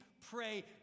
pray